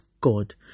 God